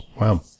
Wow